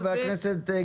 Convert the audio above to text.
תודה רבה, חבר הכנסת גפני.